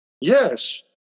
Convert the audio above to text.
yes